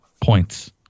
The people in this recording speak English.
points